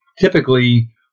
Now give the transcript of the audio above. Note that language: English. typically